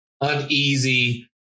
uneasy